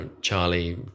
charlie